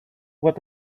what